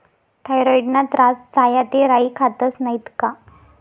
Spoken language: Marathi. थॉयरॉईडना त्रास झाया ते राई खातस नैत का